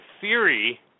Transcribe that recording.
theory